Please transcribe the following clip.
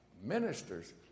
ministers